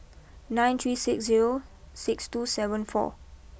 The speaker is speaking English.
nine three six zero six two seven four